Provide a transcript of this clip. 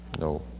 No